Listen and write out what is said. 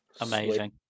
amazing